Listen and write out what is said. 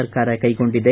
ಸರ್ಕಾರ ಕೈಗೊಂಡಿದೆ